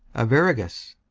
arviragus.